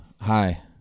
Hi